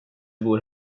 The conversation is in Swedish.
bor